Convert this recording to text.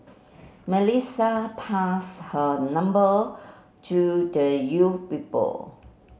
Melissa pass her number to the you people